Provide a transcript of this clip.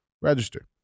register